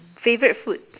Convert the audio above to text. favorite food